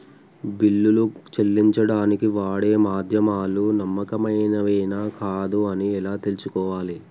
బిల్లులు చెల్లించడానికి వాడే మాధ్యమాలు నమ్మకమైనవేనా కాదా అని ఎలా తెలుసుకోవాలే?